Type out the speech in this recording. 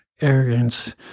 arrogance